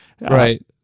right